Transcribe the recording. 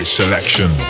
selection